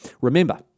Remember